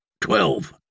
Twelve